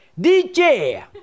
DJ